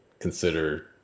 consider